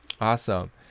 Awesome